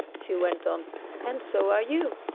she went on and so are you!